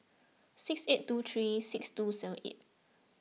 six eight two three six two seven eight